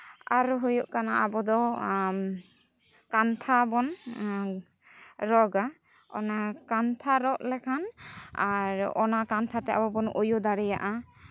ᱟᱨ ᱦᱳᱭᱳᱜ ᱠᱟᱱᱟ ᱟᱵᱚ ᱫᱚ ᱠᱟᱱᱛᱷᱟ ᱵᱚᱱ ᱨᱚᱜᱟ ᱚᱱᱟ ᱠᱟᱱᱛᱷᱟ ᱨᱚᱜ ᱞᱮᱠᱷᱟᱱ ᱟᱨ ᱚᱱᱟ ᱠᱟᱱᱛᱷᱟ ᱛᱮ ᱟᱵᱚ ᱵᱚᱱ ᱩᱭᱩ ᱫᱟᱲᱮᱭᱟᱜᱼᱟ